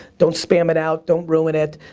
don't spam it out, don't ruin it.